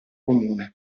comune